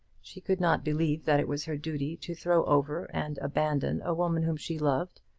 she could not believe that it was her duty to throw over and abandon a woman whom she loved,